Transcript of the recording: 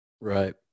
Right